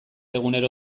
egunero